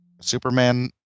Superman